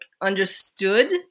understood